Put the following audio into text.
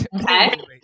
Okay